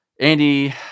Andy